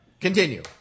Continue